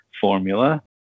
formula